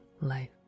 life